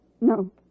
No